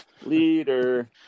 Leader